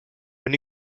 when